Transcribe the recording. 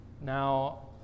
Now